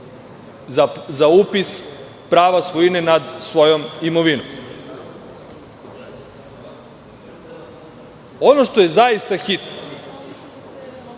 za upis prava svojine nad svojom imovinom. Ono što je zaista hitno